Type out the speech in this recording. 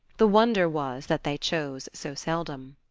the wonder was that they chose so seldom.